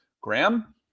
Graham